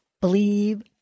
believe